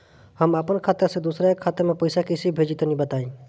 हम आपन खाता से दोसरा के खाता मे पईसा कइसे भेजि तनि बताईं?